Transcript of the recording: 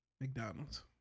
McDonald's